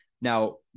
Now